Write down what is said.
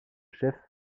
chef